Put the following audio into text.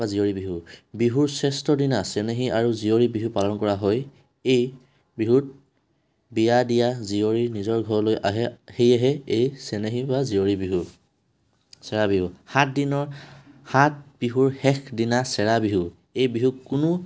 বা জীয়ৰী বিহু বিহুৰ শ্ৰেষ্ঠ দিনা চেনেহী আৰু জীয়ৰী বিহু পালন কৰা হয় এই বিহুত বিয়া দিয়া জীয়ৰী নিজৰ ঘৰলৈ আহে সেয়েহে এই চেনেহী বা জীয়ৰী বিহু চেৰা বিহু সাত দিনৰ সাত বিহুৰ শেষ দিনা চেৰা বিহু এই বিহুক কোনো